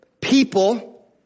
people